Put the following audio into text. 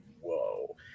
Whoa